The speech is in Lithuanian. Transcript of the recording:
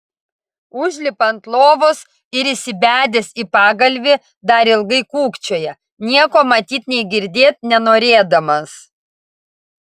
užlipa ant lovos ir įsibedęs į pagalvį dar ilgai kūkčioja nieko matyt nei girdėt nenorėdamas